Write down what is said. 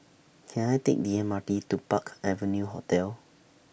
Can I Take The M R T to Park Avenue Hotel